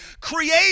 Create